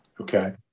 okay